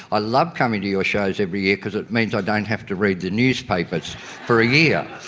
ah love coming to your shows every year because it means i don't have to read the newspapers for a year.